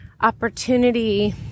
opportunity